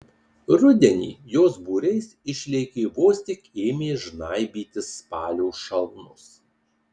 rudenį jos būriais išlėkė vos tik ėmė žnaibytis spalio šalnos